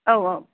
औ औ